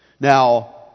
Now